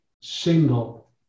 single